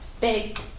big